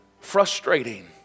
frustrating